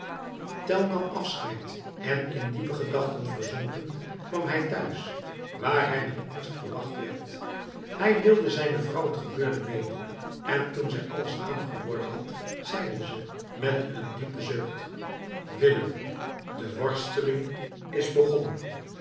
tell nam afscheid en in diepe gedachten verzonken kwam hij thuis waar hij met angst verwacht werd hij deelde zijne vrouw het gebeurde mede en toen zij alles aangehoord had zeide ze met een diepen zucht willem de worsteling is begonnen